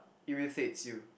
irritates you